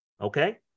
Okay